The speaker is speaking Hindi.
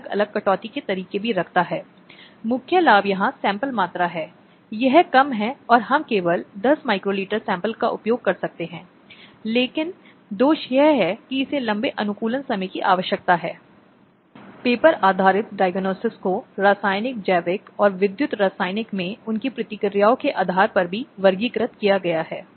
अब कुछ अन्य अपराध जो हमारे पास हैं कहीं न कहीं पहले से ही चर्चा करने की कोशिश की जा रही है वे अपराध हैं जो वैवाहिक संबंधों में होते हैं